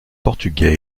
portugais